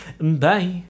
bye